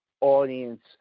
audience